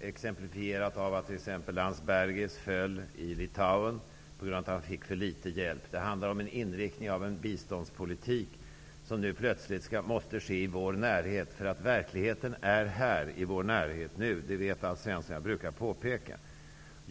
Ett exempel är att Landsbergis förlorade valet i Litauen på grund av att han fick för litet hjälp. Den här frågan handlar om inriktningen av biståndspolitiken, som nu plötsligt måste genomföras i vår närhet. Verkligheten är här i vår närhet nu. Det vet Alf Svensson, och jag har påpekat det för honom.